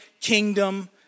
kingdom